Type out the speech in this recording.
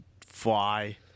fly